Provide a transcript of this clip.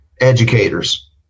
educators